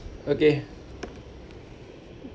okay